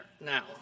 now